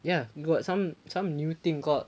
ya got some some new thing called